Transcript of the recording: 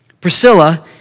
Priscilla